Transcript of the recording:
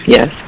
Yes